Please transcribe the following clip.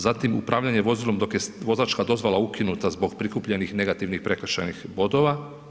Zatim upravljanje vozilom dok je vozačka dozvola ukinuta zbog prikupljenih negativnih prekršajnih bodova.